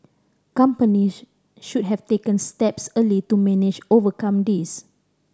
companies should have taken steps early to manage overcome this